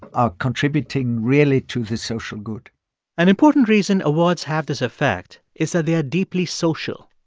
are contributing really to the social good an important reason awards have this effect is that they are deeply social.